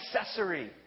accessory